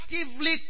actively